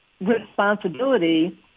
responsibility